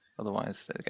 Otherwise